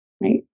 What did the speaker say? right